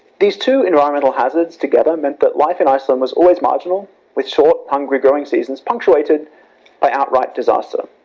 these two environmental hazards together meant that life in iceland was always marginal with short, hungry growing seasons punctuated by outright disaster.